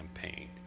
campaign